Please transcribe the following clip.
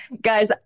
Guys